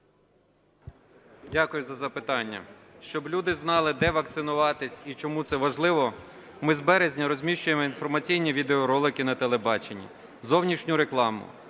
Дякую за запитання. Щоб люди знали, де вакцинуватись і чому це важливо, ми з березня розміщуємо інформаційні відеоролики на телебаченні, зовнішню рекламу,